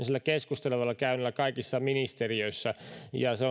keskustelevilla käynneillä kaikissa ministeriöissä ja se